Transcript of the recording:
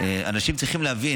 אנשים צריכים להבין,